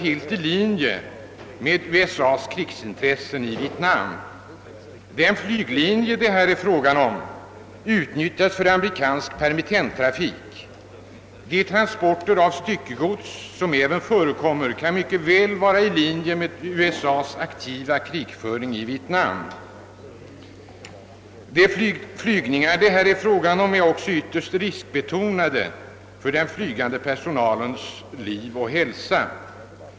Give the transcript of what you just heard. helt i linje med USA:s krigsintressen i Vietnam. Den flyglinje det här är fråga om utnyttjas för amerikansk permittenttrafik. De transporter av styckegods som även förekommer kan mycket väl vara i linje med USA:s aktiva krigföring i Vietnam. De flygningar det här är fråga om är också ytterst riskbetonade för den flygande personalens liv och hälsa.